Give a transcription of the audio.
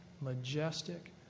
majestic